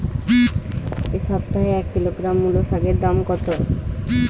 এ সপ্তাহে এক কিলোগ্রাম মুলো শাকের দাম কত?